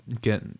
get